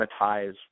monetize